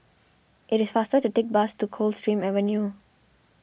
it is faster to take the bus to Coldstream Avenue